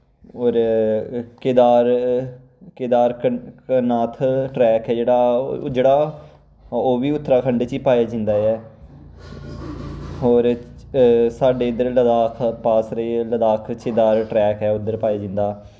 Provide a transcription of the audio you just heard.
होर केदारनाथ ट्रैक ऐ जेह्ड़ा ओह् बी उत्तराखंड च ही पाया जंदा ऐ और साढ़े इध्दर लद्दाख च ट्रैक ऐ उद्धर पाया जंदा ऐ